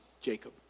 Jacob